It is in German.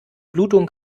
blutung